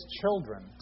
children